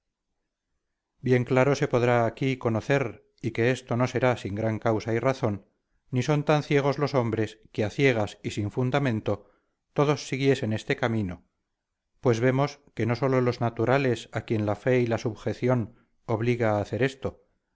bien claro se podrá aquí conocer y que esto no será sin gran causa y razón ni son tan ciegos los hombres que a ciegas y sin fundamento todos siguiesen este camino pues vemos que no sólo los naturales a quien la fe y la subjeción obliga a hacer esto